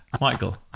Michael